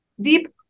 deep